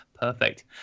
Perfect